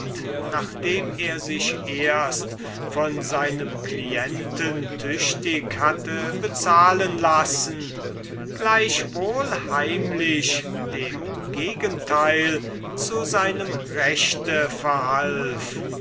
nachdem er sich erst von seinem clienten wohl hatte bezahlen lassen gleichwohl heimlich dem gegenteil zu seinem rechte verhalf